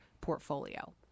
portfolio